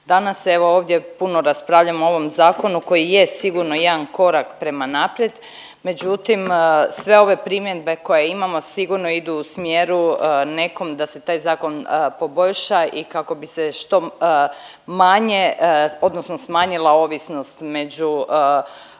Danas evo ovdje puno raspravljamo o ovom zakonu koji je sigurno jedan korak prema naprijed, međutim, sve ove primjedbe koje imamo sigurno idu u smjeru nekom da se taj zakon poboljša i kako bi se što manje, odnosno smanjila ovisnost među našim